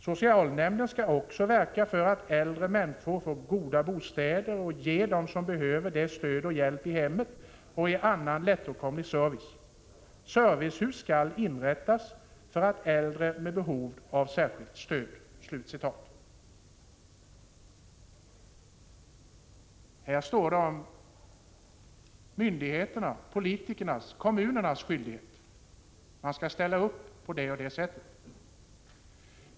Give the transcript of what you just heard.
Socialnämnden skall också verka för att äldre människor får goda bostäder och ge dem som behöver det stöd och hjälp i hemmet och annan lättåtkomlig service. Servicehus skall inrättas för äldre med behov av särskilt stöd.” Här står det om myndigheternas, politikernas och kommunernas skyldighet. Man skall ställa upp på det ena eller andra sättet.